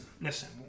listen